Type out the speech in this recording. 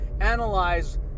analyze